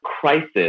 crisis